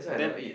then